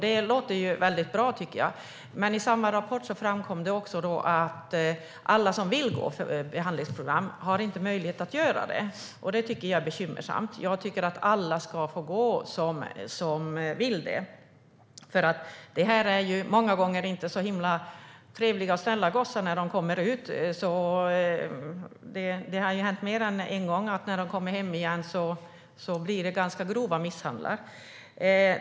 Det låter bra, tycker jag, men i samma rapport framkom också att alla som vill gå behandlingsprogrammet inte har möjlighet att göra det. Det tycker jag är bekymmersamt. Jag tycker att alla ska som vill ska få ta del av programmet. Många gånger är det här inte så trevliga och snälla gossar när de kommer ut. Det har hänt mer än en gång att de när de kommer hem igen gör sig skyldiga till ganska grov misshandel.